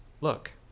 Look